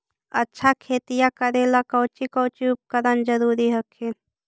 अच्छा खेतिया करे ला कौची कौची उपकरण जरूरी हखिन?